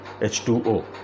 H2O